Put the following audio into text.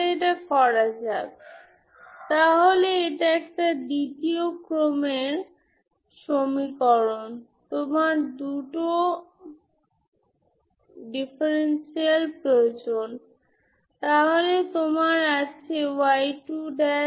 সুতরাং আপনি আসলে যা পড়ছেন তা হল পিরিওডিক স্টর্ম লিওভিলে সিস্টেম যা ফোরিয়ার সিরিজ দেয়